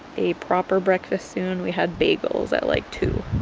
a proper breakfast soon, we had bagels at like two